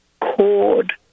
cord